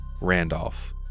Randolph